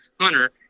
hunter